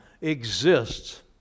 exists